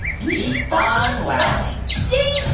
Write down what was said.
keep on wowing jinx